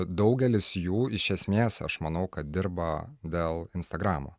daugelis jų iš esmės aš manau kad dirba dėl instagramo